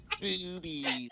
Boobies